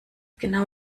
genau